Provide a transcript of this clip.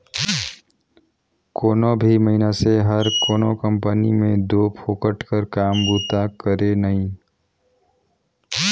कोनो भी मइनसे हर कोनो कंपनी में दो फोकट कर काम बूता करे नई